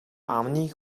амны